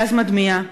גז מדמיע,